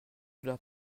cela